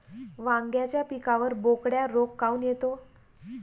वांग्याच्या पिकावर बोकड्या रोग काऊन येतो?